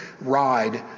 ride